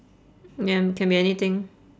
ya can be anything